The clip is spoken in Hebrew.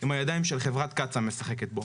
עם הידיים שחברת קצא"א משחקת בו.